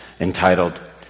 entitled